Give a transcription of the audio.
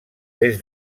des